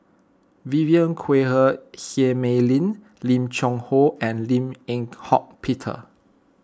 Vivien Quahe Seah Mei Lin Lim Cheng Hoe and Lim Eng Hock Peter